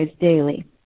daily